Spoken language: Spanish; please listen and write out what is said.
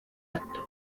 acto